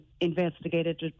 investigated